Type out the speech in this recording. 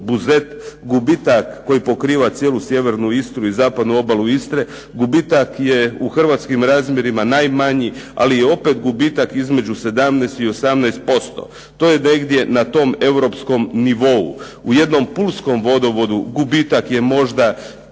gubitak koji pokriva cijelu sjevernu Istru i zapadnu obalu Istre, gubitak je u hrvatskim razmjerima najmanji, ali je opet gubitak između 17 i 18%. To je negdje na tom europskom nivou. U jednom pulskom vodovodu gubitak je možda